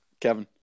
Kevin